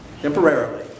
temporarily